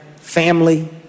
family